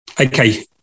Okay